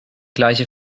gleiche